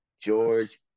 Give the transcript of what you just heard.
George